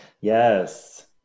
Yes